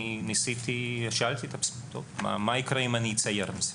אני שאלתי את עצמי מה יקרה אם אני אצייר את זה.